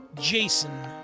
Jason